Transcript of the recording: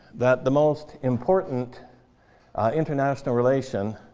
that the most important international relation